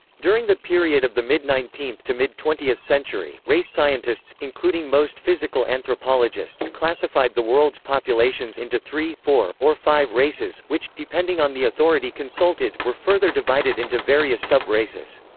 during the period of the mid nineteenth to mid twentieth century, race scientists, including most physical anthropologists classified the world's populations into three, four, or five races, which, depending on the authority consulted, were further divided into various sub-races.